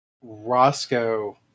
Roscoe